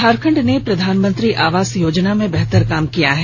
झारखंड ने प्रधानमंत्री आवास योजना में बेहतर काम किया है